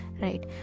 right